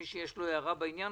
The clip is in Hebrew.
למי שיש לו הערה בעניין